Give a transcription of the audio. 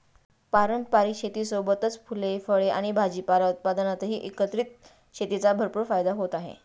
पारंपारिक शेतीसोबतच फुले, फळे आणि भाजीपाला उत्पादनातही एकत्रित शेतीचा भरपूर फायदा होत आहे